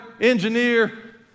engineer